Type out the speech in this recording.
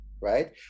right